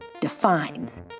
defines